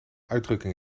uitdrukking